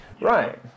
Right